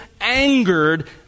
angered